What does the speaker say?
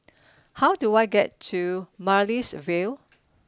how do I get to Amaryllis Ville